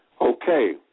Okay